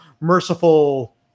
merciful